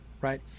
right